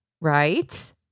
Right